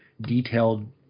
detailed